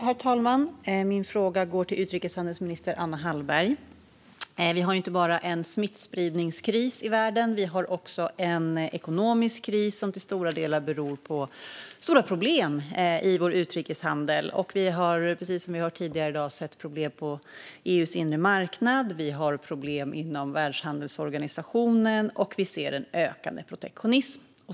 Herr talman! Min fråga går till utrikeshandelsminister Anna Hallberg. Vi har ju inte bara en smittspridningskris i världen, utan vi har också en ekonomisk kris som till stora delar beror på stora problem i vår utrikeshandel. Vi har, som vi har hört tidigare i dag, sett problem på EU:s inre marknad. Vi har också problem inom Världshandelsorganisationen, och vi ser en ökande protektionism.